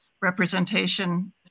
representation